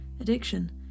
addiction